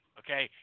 okay